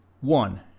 One